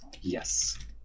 yes